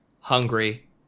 hungry